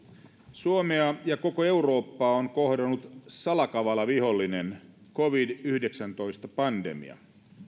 suomea ja koko eurooppaa on kohdannut salakavala vihollinen covid yhdeksäntoista pandemia